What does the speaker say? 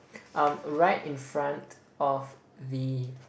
um right in front of the